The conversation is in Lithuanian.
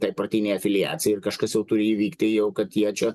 tai partinei afiliacijai ir kažkas jau turi įvykti jau kad jie čia